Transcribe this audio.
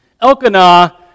Elkanah